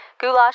Goulash